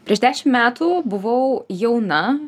prieš dešimt metų buvau jauna